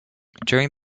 during